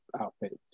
outfits